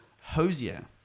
Hosier